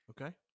Okay